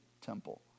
temple